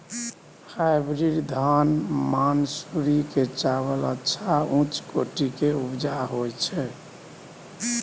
Hybrid धान मानसुरी के चावल अच्छा उच्च कोटि के उपजा होय छै?